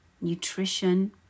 nutrition